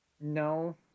no